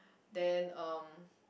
then um